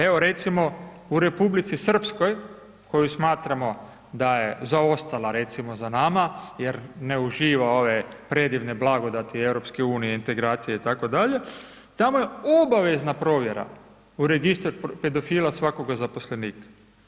Evo recimo u Republici Srpskoj koju smatramo da je zaostala recimo za nama jer ne uživa ove predivne blagodati EU, integracije itd., tamo je obavezna provjera u registar pedofila svakoga zaposlenika.